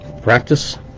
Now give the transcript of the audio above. practice